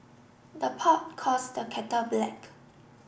the pot calls the kettle black